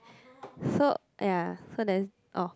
so ya so that's all